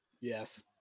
Yes